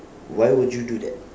why would you do that